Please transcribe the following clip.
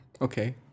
okay